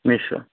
নিশ্চয়